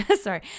sorry